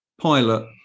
pilot